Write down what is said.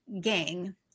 gang